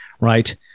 right